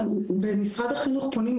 במשרד החינוך פונים,